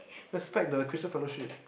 respect the Christian fellowship